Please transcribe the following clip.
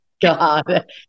God